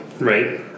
Right